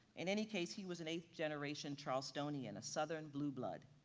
and any case, he was an eighth-generation charlestonian, a southern blue blood.